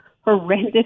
horrendous